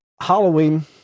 Halloween